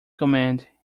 command